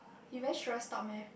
he very stressed up meh